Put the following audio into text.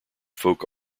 folk